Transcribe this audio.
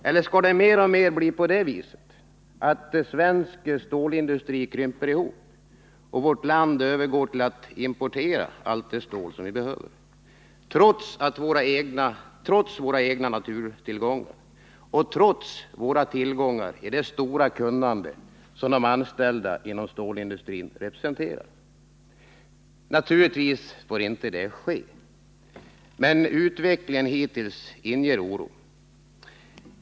Eller skall det mer och mer bli på det viset att svensk stålindustri krymper ihop och vårt land övergår till att importera allt det stål som vi behöver — trots våra egna naturtillgångar och trots våra tillgångar i det stora kunnande som de anställda inom stålindustrin representerar. Naturligtvis får inte det ske. Men utvecklingen hittills inger oro.